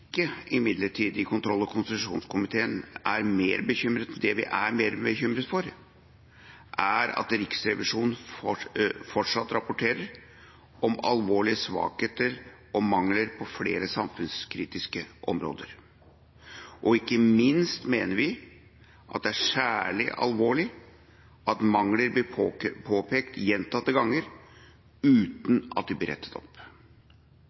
mer bekymret for, er at Riksrevisjonen fortsatt rapporterer om alvorlige svakheter og mangler på flere samfunnskritiske områder, og ikke minst mener vi at det er særlig alvorlig at mangler blir påpekt gjentatte ganger uten at de blir rettet opp.